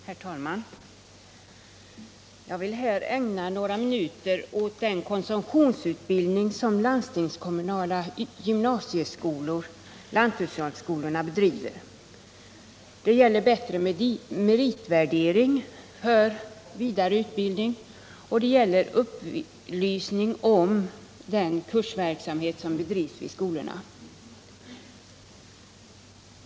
Herr talman! Jag vill här ägna några minuter åt den konsumtionsutbildning som landstingskommunala gymnasieskolor bedriver. Det gäller bättre meritvärdering för vidare utbildning, och det gäller upplysning om den kursverksamhet som bedrivs vid skolorna.